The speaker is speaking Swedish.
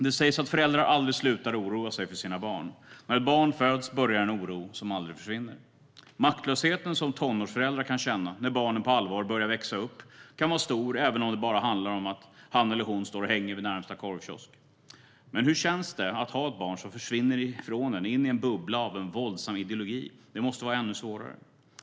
Det sägs att föräldrar aldrig slutar att oroa sig för sina barn. När ett barn föds börjar en oro som aldrig försvinner. Maktlösheten som tonårsföräldrar kan känna när barnen på allvar börjar växa upp kan vara stor, även om det bara handlar om att han eller hon står och hänger vid närmaste korvkiosk. Men hur känns det att ha ett barn som försvinner ifrån en in i en bubbla av en våldsam ideologi? Det måste vara ännu svårare.